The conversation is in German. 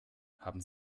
haben